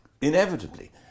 Inevitably